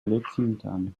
lexington